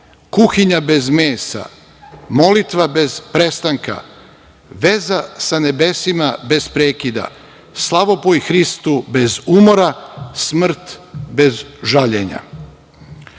kuhinja bez mesa, molitva bez prestanka, veza sa nebesima bez prekida, slavopoj Hristu bez umora, smrt bez žaljenja. Slobodno